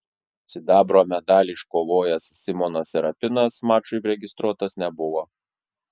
sidabro medalį iškovojęs simonas serapinas mačui registruotas nebuvo